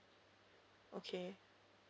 okay